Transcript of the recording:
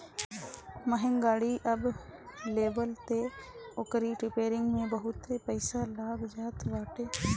महंग गाड़ी जब लेबअ तअ ओकरी रिपेरिंग में बहुते पईसा लाग जात बाटे